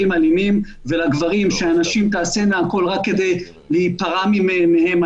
אלימים ולגברים שהנשים תעשנה הכול רק כדי להיפרע מהם,